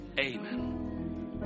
Amen